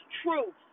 truth